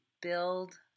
build